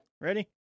Ready